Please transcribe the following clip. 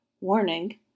Warning